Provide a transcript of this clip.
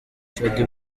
shaddy